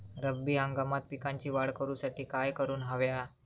रब्बी हंगामात पिकांची वाढ करूसाठी काय करून हव्या?